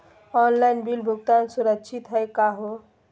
Online bill भुगतान सुरक्षित हई का हो?